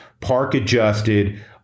park-adjusted